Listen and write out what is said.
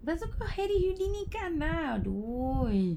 lepas tu harry houdini kan ah !aduh!